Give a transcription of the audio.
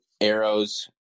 arrows